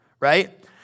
right